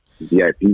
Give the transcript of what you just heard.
VIP